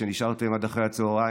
שנשארתם עד אחרי הצוהריים.